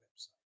website